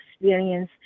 experience